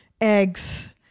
eggs